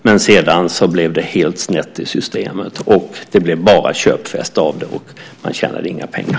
Men sedan blev det helt snett i systemet. Det blev bara köpfest av det, och man tjänade inga pengar.